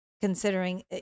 Considering